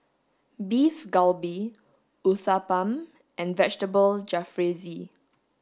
beef galbi Uthapam and Vegetable Jalfrezi